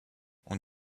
ont